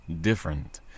different